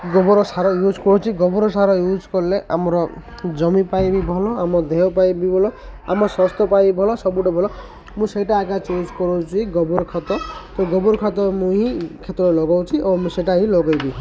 ଗୋବର ସାର ୟୁଜ୍ କରୁଛି ଗୋବର ସାର ୟୁଜ୍ କଲେ ଆମର ଜମି ପାଇଁ ବି ଭଲ ଆମ ଦେହ ପାଇଁ ବି ଭଲ ଆମ ସାସ୍ଥ୍ୟ ପାଇଁ ବି ଭଲ ସବୁଠୁ ଭଲ ମୁଁ ସେଇଟା ଆଗା ୟୁଜ୍ କରୁଚି ଗୋବର ଖାତ ତ ଗୋବର ଖାତ ମୁଁ ହିଁ କ୍ଷେତରେ ଲଗାଉଛି ଓ ମୁଁ ସେଟା ହିଁ ଲଗାଇବି